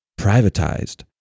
privatized